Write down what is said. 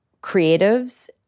creatives